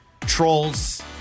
Trolls